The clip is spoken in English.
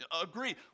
agree